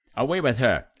away with her,